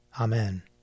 Amen